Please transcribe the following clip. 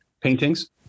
paintings